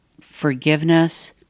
forgiveness